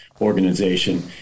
organization